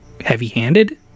heavy-handed